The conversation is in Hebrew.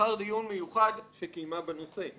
לאחר דיון מיוחד שקיימה בנושא".